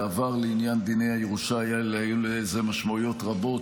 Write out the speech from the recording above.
בעבר לעניין דיני הירושה היו לזה משמעויות רבות,